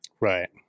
Right